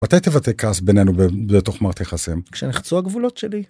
מתי תבטא כעס בינינו בתוך מערכת יחסים? כשנחצו הגבולות שלי.